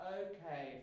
okay